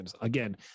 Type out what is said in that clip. again